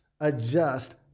adjust